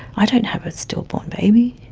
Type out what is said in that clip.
i don't have a stillborn baby.